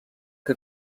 que